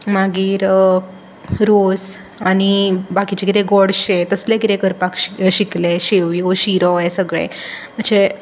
मागीर रोस आनी बाकीचें कितें गोडशें तसलें कितें करपाक शीक शिकलें शेवयो शिरो हें सगळें जें